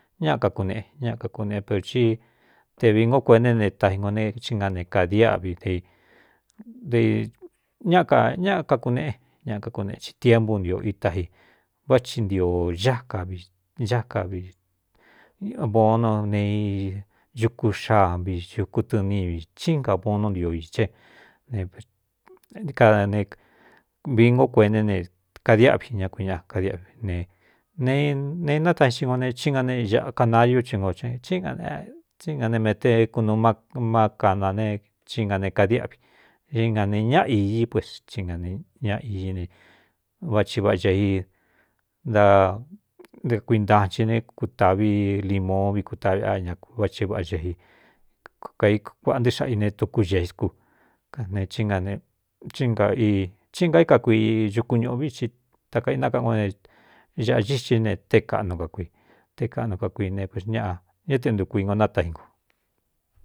Ñáꞌa kakuneꞌe ñáa kakuneꞌe perō tí te vi ngo kuene ne tai nko ne í nga ne kādiáꞌvi dei de ñáa ka ña kakuneꞌe ñaꞌa kakuneꞌe i tiempu ntio itá i vá thi ntio ákav á kavibonu ne i ñuku xaa vi xuku tɨɨnivi csíí nga bonu ntio īcé ne kaa ne vingo kueené ne kadiáꞌvi ña kui ñaꞌa kadiꞌvi ne nenei nátain xinjo ne tí nga ne ꞌa kanaliu hi ngo ítsí nga ne mete kunuu má má kana ne chí nga ne kadiáꞌvi nga ne ñaꞌa ií pus í nane ñaꞌa iñí ne váthi vaꞌa cēi da dekuintanchi ne kutāꞌvi limon vi kutaꞌvi á ñau váti vaꞌa cei kkaíkuāꞌa ntɨxáꞌa i ne tukú geiskú kane tíin gaí ka kui xuku ñuꞌ vi ti takainákaꞌango ne āꞌa xíxí ne té kaꞌnu ka kui te kaꞌnu ka kui ne p ñꞌa ñá te ntuku ingo nátai ku.